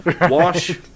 Wash